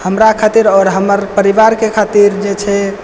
हमरा खातिर आओर हमर परिवार के खातिर जे छै